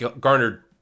garnered